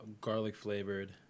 garlic-flavored